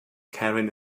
carrying